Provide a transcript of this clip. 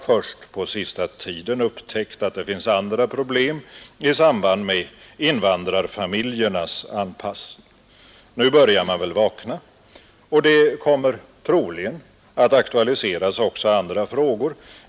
Först på senaste tiden har man upptäckt att det finns även andra problem i samband med invandrarfamiljernas anpassning. Nu börjar man väl vakna, och det kommer troligen att aktualiseras ytterligare frågor.